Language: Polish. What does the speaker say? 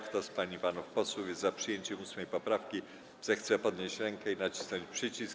Kto z pań i panów posłów jest za przyjęciem 8. poprawki, zechce podnieść rękę i nacisnąć przycisk.